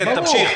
אוקיי.